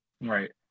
Right